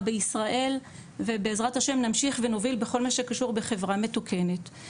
בישראל ובעזרת השם נמשיך ונוביל בכל מה שקשור בחברה מתוקנת.